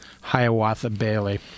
Hiawatha-Bailey